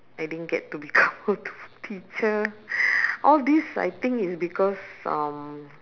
I didn't get to become teacher all these I think is because um